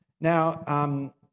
Now